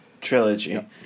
Trilogy